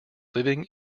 living